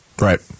Right